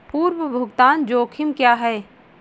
पूर्व भुगतान जोखिम क्या हैं?